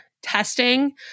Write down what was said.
testing